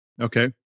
Okay